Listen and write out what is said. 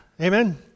Amen